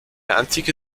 antike